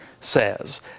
says